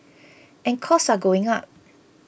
and costs are going up